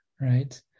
right